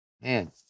Man